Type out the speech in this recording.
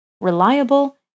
reliable